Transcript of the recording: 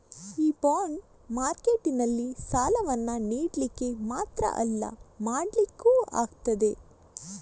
ಈ ಬಾಂಡ್ ಮಾರ್ಕೆಟಿನಲ್ಲಿ ಸಾಲವನ್ನ ನೀಡ್ಲಿಕ್ಕೆ ಮಾತ್ರ ಅಲ್ಲ ಪಡೀಲಿಕ್ಕೂ ಆಗ್ತದೆ